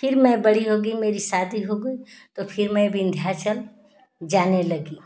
फिर मैं बड़ी हो गई मेरी शादी हो गई तो फिर मैं विंध्याचल जाने लगी